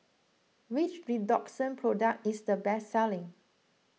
which Redoxon product is the best selling